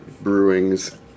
Brewings